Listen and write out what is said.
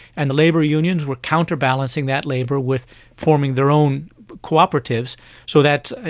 and the labour unions were counterbalancing that labour with forming their own cooperatives so that, ah